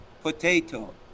potato